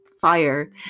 fire